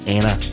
Anna